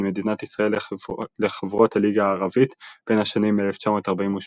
מדינת ישראל לחברות הליגה הערבית בין השנים 1948-1982,